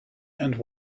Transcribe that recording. and